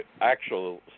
actual